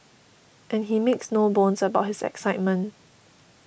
and he makes no bones about his excitement